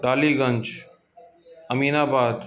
Daliganj Aminabad